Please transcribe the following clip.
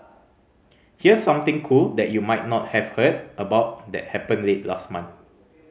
here's something cool that you might not have heard about that happened late last month